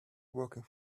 working